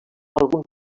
alguns